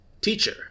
Teacher